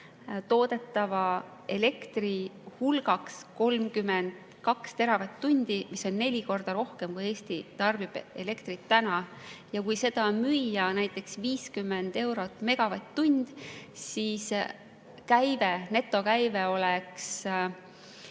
toodetava elektri hulgaks 32 teravatt‑tundi, mis on neli korda rohkem, kui Eesti praegu elektrit tarbib. Kui seda müüa näiteks 50 eurot megavatt-tund, siis käive, netokäive oleks